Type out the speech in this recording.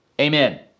amen